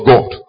God